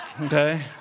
Okay